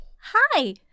Hi